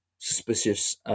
suspicious